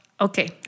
okay